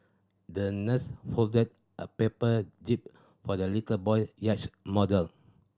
the nurse folded a paper jib for the little boy yacht model